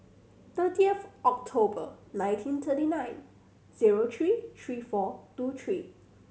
thirtieth October nineteen twenty nine zero three three four two three